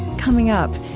coming up,